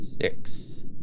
Six